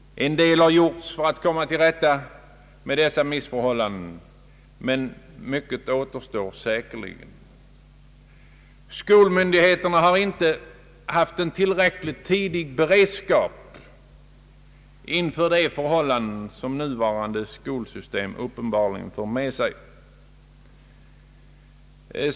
En del har gjorts för att komma till rätta med dessa missförhållanden, men mycket återstår säkerligen. Skolmyndigheterna har inte haft en tillräckligt tidig beredskap inför de förhållanden som nuvarande skolsystem uppenbarligen fört med sig.